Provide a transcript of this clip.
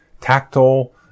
tactile